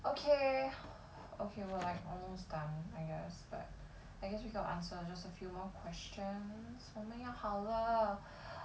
okay okay we're like almost done I guess but I guess we gotta answer just a few more questions 我们要好了